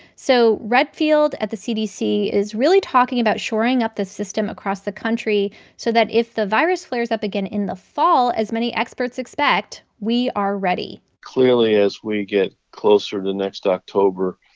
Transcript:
so redfield at the cdc is really talking about shoring up this system across the country so that if the virus flares up again in the fall, as many experts expect, we are ready clearly, as we get closer to next october,